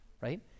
right